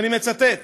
ואני מצטט: